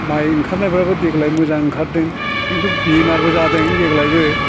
माइ ओंखारनायफ्राबो देग्लाय मोजां ओंखारदों खिन्थु बेमारबो जादों देग्लायबो